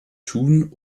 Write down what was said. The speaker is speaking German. tun